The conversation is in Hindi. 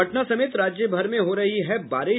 पटना समेत राज्यभर में हो रही है बारिश